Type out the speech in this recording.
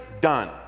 done